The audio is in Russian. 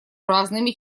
разными